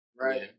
Right